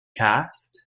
cast